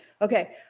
Okay